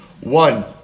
one